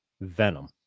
Venom